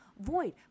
void